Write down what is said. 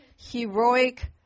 heroic